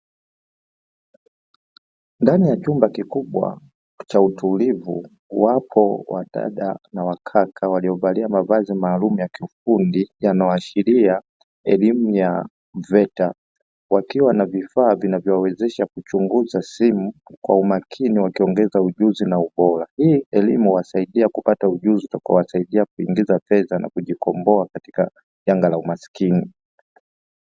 Ndani ya chumba kikubwa cha utulivu wapo wadada na wakaka waliovalia mavazi maalumu ya kiufundi yanayoashiria elimu ya "veta", wakiwa na vifaa vinavyowawezesha kuchunguza simu kwa umakini wakiongeza ujuzi na ubora. Hii elimu huwasaidia kupata ujuzi utakuwa wasaidia kuingiza fedha na kujikomboa katika janga la umaskini.